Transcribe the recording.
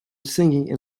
singing